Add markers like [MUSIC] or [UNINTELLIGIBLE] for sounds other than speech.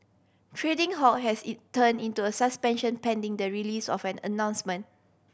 trading halt has [UNINTELLIGIBLE] turn into a suspension pending the release of an announcement